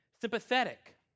sympathetic